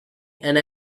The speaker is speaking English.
and